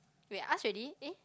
wait ask already eh